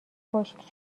خشک